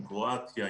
קרואטיה,